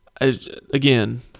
again